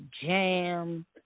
jam